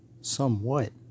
somewhat